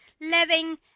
living